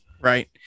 Right